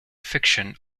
fiction